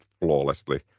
flawlessly